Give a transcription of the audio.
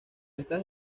estas